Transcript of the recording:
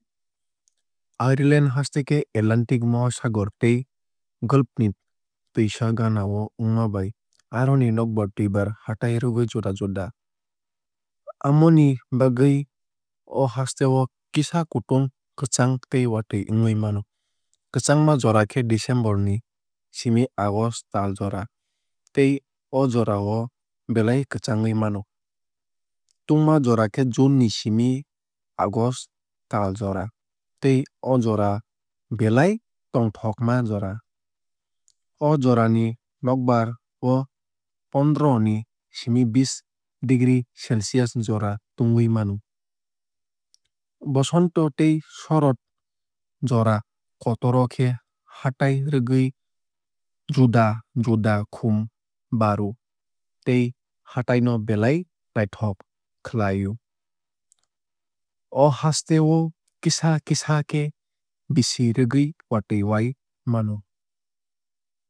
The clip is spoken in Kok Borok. Ireland haste khe atlantic mohasagor tei gulf ni twuisa ganao wngma bai aroni nokbar twuibar hatai rwgui juda juda. Amoni bagui o haste o kisa kutung kwchang tei watui wngui mano. Kwchangma jora khe december ni simi august tal jora tei o jorao belai kwchangui mano. Tungma jora khe june ni simi august tal jora tei o jora belai tongthokma jora. O jora ni nokbar o pondoroh ni simi bish degree celcius jora tungui mano. Bosonta tei shorod jora kotor o khe hatai rwgui juda juda khum bar o tei hatai no belai naithok khlai o. O haste o kisa kisa khe bisi rwgui watui wai mano.